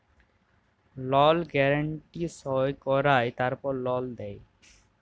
লল গ্যারান্টি সই কঁরায় তারপর লল দেই